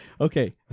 Okay